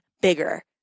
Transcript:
bigger